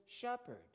shepherd